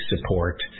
support